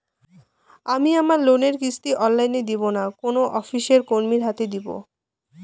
আমি আমার লোনের কিস্তি অনলাইন দেবো না কোনো অফিসের কর্মীর হাতে দেবো?